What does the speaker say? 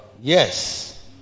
yes